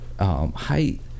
height